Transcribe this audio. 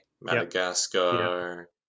Madagascar